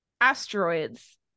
asteroids